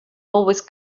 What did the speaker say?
always